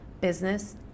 business